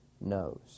knows